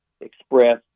express